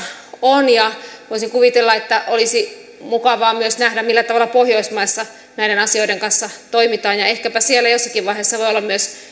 on voisin kuvitella että olisi mukavaa myös nähdä millä tavalla pohjoismaissa näiden asioiden kanssa toimitaan ja ehkäpä siellä sitten jossakin vaiheessa voi olla myös